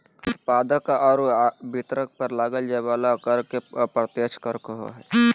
उत्पादक आर वितरक पर लगाल जाय वला कर के अप्रत्यक्ष कर कहो हइ